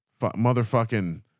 motherfucking